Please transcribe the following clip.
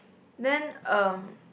then um